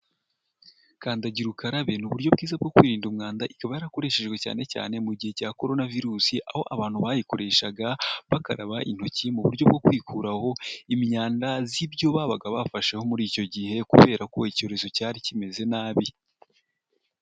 Kandagira ukarabe ni uburyo bwiza bwo kwirinda umwanda, ikaba yarakoreshejwe cyane cyane mu gihe cya korona virusi, aho abantu bayikoreshaga bakaraba intoki, mu buryo bwo kwikuraho imyanda z'ibyo babaga bafasheho muri icyo gihe, kubera ko icyorezo cyari kimeze nabi.